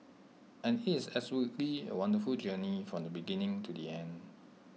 and is absolutely A wonderful journey from the beginning to the end